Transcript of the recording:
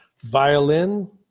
violin